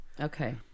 Okay